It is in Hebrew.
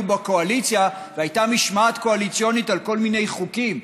בקואליציה והייתה משמעת קואליציונית על כל מיני חוקים.